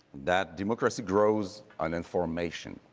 that democracy grows on information.